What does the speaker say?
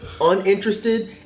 uninterested